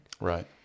right